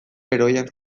heroiak